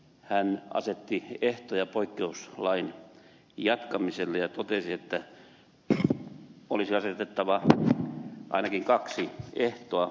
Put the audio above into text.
hän asetti ehtoja poikkeuslain jatkamiselle ja totesi että olisi asetettava ainakin kaksi ehtoa